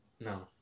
no